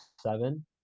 seven